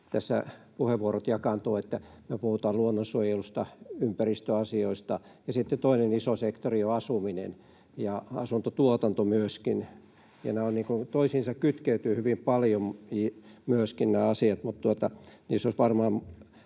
tässä puheenvuorot jakaantuvat. Me puhutaan luonnonsuojelusta, ympäristöasioista ja sitten toinen iso sektori on asuminen ja asuntotuotanto, ja nämä asiat kytkeytyvät toisiinsa hyvin paljon. Niissä olisi varmaan